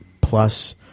plus